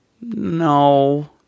No